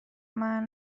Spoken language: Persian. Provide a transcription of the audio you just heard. منو